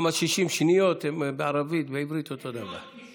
גם ה-60 שניות הן בעברית ובערבית אותו דבר.